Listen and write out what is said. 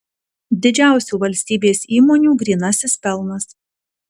didžiausių valstybės įmonių grynasis pelnas